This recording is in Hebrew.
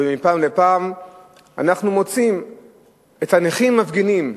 ומפעם לפעם אנחנו מוצאים את הנכים מפגינים,